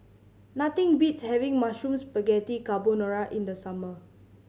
nothing beats having Mushroom Spaghetti Carbonara in the summer